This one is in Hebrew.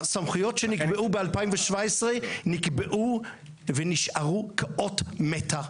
הסמכויות שנקבעו ב-2017 נקבעו ונשארו כאות מתה.